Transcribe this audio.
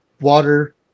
water